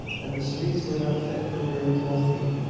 and the streets were not fit for maria's walking.